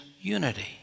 unity